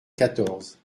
quatorze